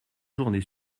journée